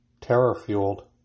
terror-fueled